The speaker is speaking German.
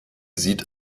sieht